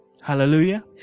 Hallelujah